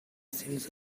since